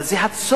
אבל זה הצורך,